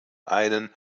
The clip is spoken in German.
einen